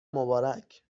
مبارک